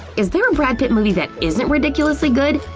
is there brad pitt movie that isn't ridiculously good?